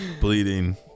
bleeding